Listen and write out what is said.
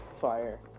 fire